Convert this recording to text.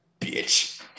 bitch